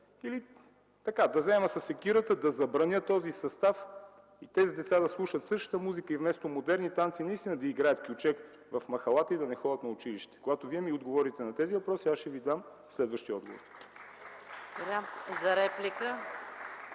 или да взема със секирата и да забраня този състав и тези деца да слушат същата музика, и вместо модерни танци, наистина да играят кючек в махалата и да не ходят на училище? Когато Вие ми отговорите на тези въпроси, аз ще Ви дам следващия отговор.